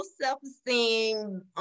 self-esteem